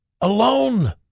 alone